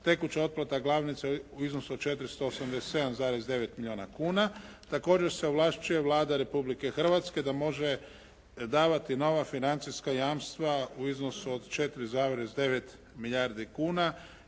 tekuća otplata glavnice u iznosu od 487,9 milijuna kuna. Također se ovlašćuje Vlada Republike Hrvatske da može davati nova financijska jamstva u iznosu od 4,9 milijardi kuna